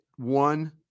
one